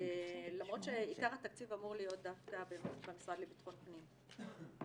למרות שעיקר התקציב אמור להיות דווקא במשרד לביטחון פנים.